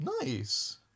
Nice